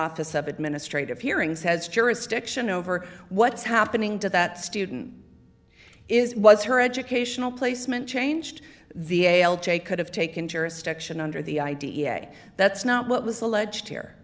office of administrative hearings has jurisdiction over what's happening to that student is was her educational placement changed the a l j could have taken jurisdiction under the i d e a that's not what was alleged here